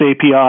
API